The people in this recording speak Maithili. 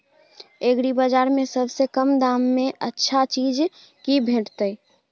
एग्रीबाजार में सबसे कम दाम में अच्छा चीज की भेटत?